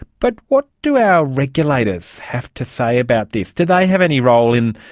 but what do our regulators have to say about this? do they have any role in